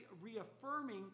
reaffirming